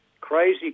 crazy